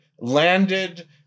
landed